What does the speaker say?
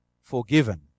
forgiven